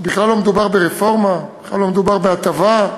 בכלל לא מדובר ברפורמה, בכלל לא מדובר בהטבה,